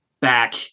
back